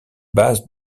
base